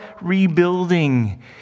rebuilding